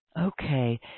Okay